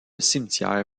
cimetière